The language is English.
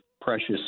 precious